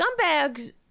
scumbags